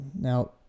Now